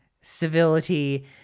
civility